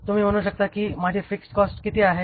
तुम्ही म्हणू शकता की माझी फिक्स्ड कॉस्ट किती आहे